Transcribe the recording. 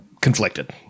conflicted